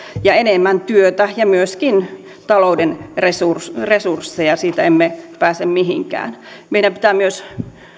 enemmän työtä ja myöskin talouden resursseja siitä emme pääse mihinkään meidän pitää myös